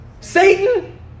Satan